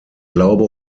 glaube